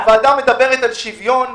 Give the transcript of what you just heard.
הוועדה מדברת על שוויון.